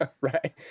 Right